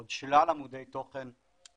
עוד שלל עמודי תוכן,